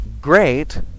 Great